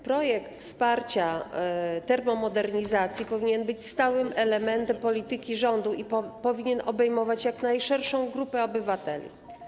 Projekt wsparcia termomodernizacji powinien być stałym elementem polityki rządu i powinien obejmować jak najszerszą grupę obywateli.